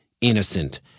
innocent